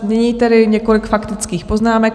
Nyní tedy několik faktických poznámek.